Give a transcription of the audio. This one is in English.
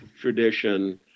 tradition